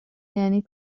یعنی